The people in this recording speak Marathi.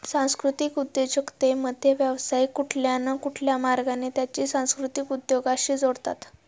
सांस्कृतिक उद्योजकतेमध्ये, व्यावसायिक कुठल्या न कुठल्या मार्गाने त्यांची संस्कृती उद्योगाशी जोडतात